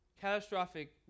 catastrophic